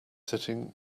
sitting